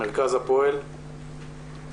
ממרכז הפועל בבקשה.